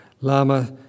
lama